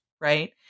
right